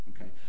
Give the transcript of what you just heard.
Okay